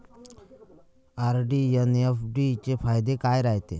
RD अन FD चे फायदे काय रायते?